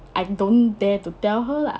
I don't dare to tell her lah